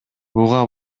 буга